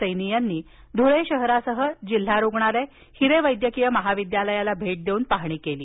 सैनी यांनी धुळे शहरासह जिल्हा रुग्णालय हिरे वैद्यकीय महाविद्यालयाला भेट देऊन पाहणी केली